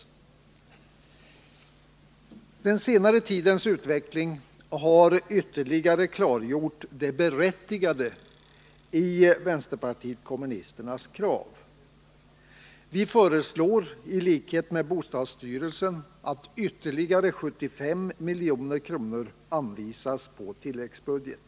Den senare tidens utveckling har ytterligare klargjort det berättigade i vänsterpartiet kommunisternas krav. Vi föreslår i likhet med bostadsstyrel sen att ytterligare 75 milj.kr. anvisas på tilläggsbudget.